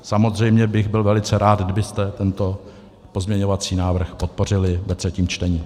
Samozřejmě bych byl velice rád, kdybyste tento pozměňovací návrh podpořili ve třetím čtení.